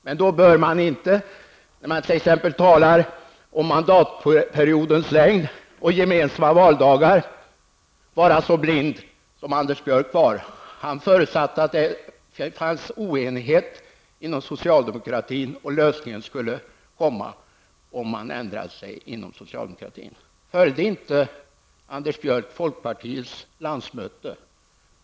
Men då bör man inte, när man t.ex. talar om mandatperiodens längd och gemensamma valdagar, vara så blind som Anders Björck. Han förutsatte att det fanns oenighet inom socialdemokratin och att lösningen skulle komma om man ändrade sig inom socialdemokratin. Följde inte Anders Björck folkpartiets landsmöte?